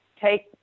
take